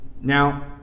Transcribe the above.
Now